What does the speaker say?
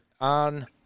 on